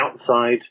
outside